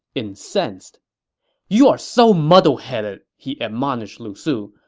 incensed you are so muddle-headed! he admonished lu su.